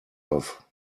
off